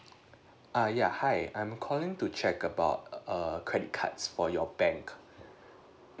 err yeah hi I'm calling to check about err credit cards for your bank